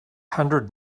hundred